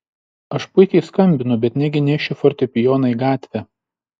aš puikiai skambinu bet negi nešiu fortepijoną į gatvę